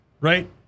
right